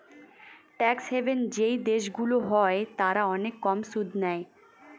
tax haven যেই দেশগুলো হয় তারা অনেক কম সুদ নেয়